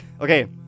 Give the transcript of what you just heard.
Okay